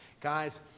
Guys